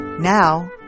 Now